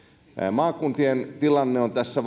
maakuntien tilanne on tässä